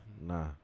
Nah